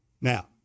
Now